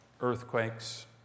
earthquakes